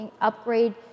upgrade